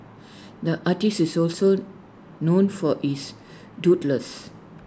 the artist is also known for his doodles